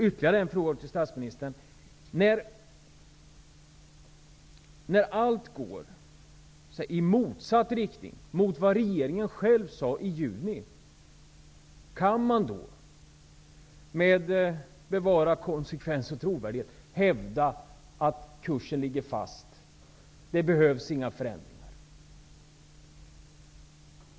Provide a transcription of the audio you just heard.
Ytterligare en fråga till statsministern: När allt går i motsatt riktning i jämförelse med vad regeringen själv sade i juni -- kan man då med bevarande av konsekvens och trovärdighet hävda att kursen ligger fast och att det inte behövs några förändringar?